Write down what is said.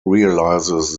realizes